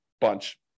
bunch